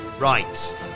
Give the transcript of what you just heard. Right